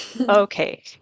Okay